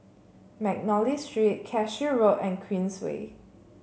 McNally Street Cashew Road and Queensway